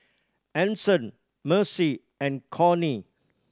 Anson Mercy and Conner